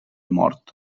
mort